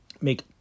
make